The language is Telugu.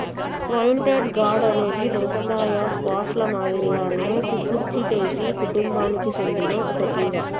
పాయింటెడ్ గార్డ్ అనేది దోసకాయ, స్క్వాష్ ల మాదిరిగానే కుకుర్చిటేసి కుటుంబానికి సెందిన ఒక తీగ